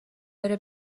بره